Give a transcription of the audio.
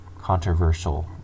controversial